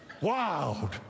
Wild